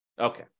Okay